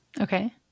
Okay